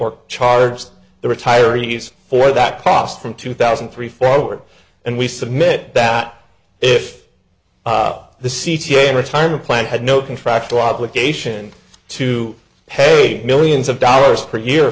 or charged the retiree's for that cost from two thousand and three forward and we submit that if the c t a retirement plan had no contractual obligation to pay millions of dollars per year